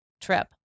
trip